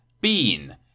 bean